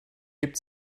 gibt